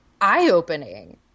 eye-opening